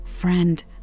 friend